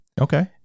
Okay